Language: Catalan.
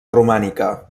romànica